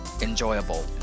enjoyable